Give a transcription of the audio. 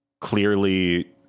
clearly